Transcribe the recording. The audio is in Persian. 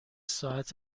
ساعت